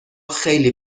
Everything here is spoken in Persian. خیلی